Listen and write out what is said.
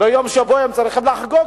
וביום שהם יבואו הם צריכים לחגוג,